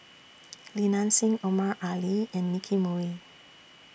Li Nanxing Omar Ali and Nicky Moey